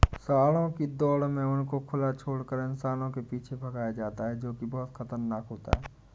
सांडों की दौड़ में उनको खुला छोड़कर इंसानों के पीछे भगाया जाता है जो की बहुत खतरनाक होता है